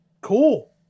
Cool